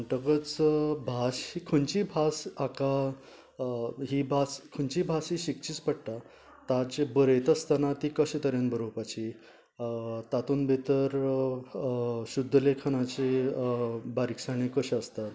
म्हण्टकच भास खंयची भास हाका ही भास खंची भास ही शिकचीच पट्टा ताचे बरेतास्ताना ती कशे तरेन बरोवपाची तातून भितर शुद्धलेखनाची बारीकसाणी कश्यो आसतात